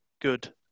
good